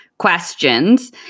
questions